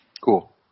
Cool